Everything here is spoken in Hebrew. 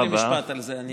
תרשה לי משפט על זה.